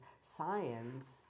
science